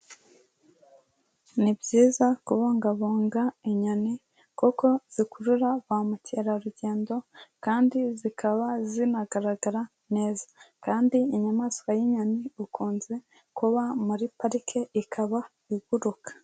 Ni byiza kubungabunga inyoni kuko zikurura bamukerarugendo kandi zikaba zinagaragara neza. Kandi inyamaswa y'inyoni ikunze kuba muri parike, ikaba iguruka.